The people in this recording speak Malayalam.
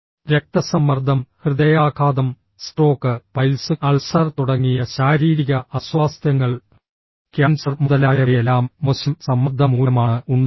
രക്തസമ്മർദ്ദം ഹൃദയാഘാതം സ്ട്രോക്ക് പൈൽസ് അൾസർ തുടങ്ങിയ ശാരീരിക അസ്വാസ്ഥ്യങ്ങൾ ക്യാൻസർ മുതലായവയെല്ലാം മോശം സമ്മർദ്ദം മൂലമാണ് ഉണ്ടാകുന്നത്